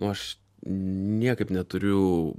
aš niekaip neturiu